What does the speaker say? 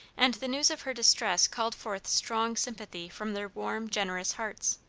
and the news of her distress called forth strong sympathy from their warm, generous hearts.